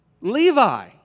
Levi